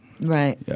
Right